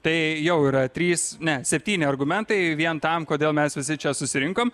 tai jau yra trys ne septyni argumentai vien tam kodėl mes visi čia susirinkom